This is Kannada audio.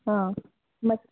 ಹಾಂ ಮತ್ತೆ